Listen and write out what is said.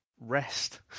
rest